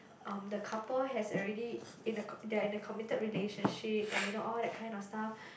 um the couple has already in a co~ they are already in a committed relationship and you know all that kind of stuff